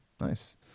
nice